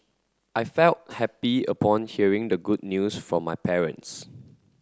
I felt happy upon hearing the good news from my parents